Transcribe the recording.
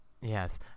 yes